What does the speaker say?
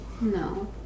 No